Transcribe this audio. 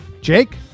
Jake